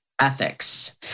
Ethics